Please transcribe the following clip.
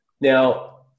Now